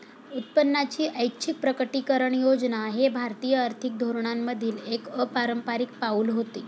उत्पन्नाची ऐच्छिक प्रकटीकरण योजना हे भारतीय आर्थिक धोरणांमधील एक अपारंपारिक पाऊल होते